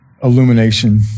illumination